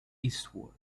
eastward